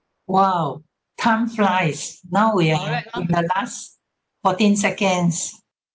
!wow! time flies now we're in the last fourteen seconds